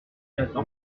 jacques